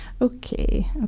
okay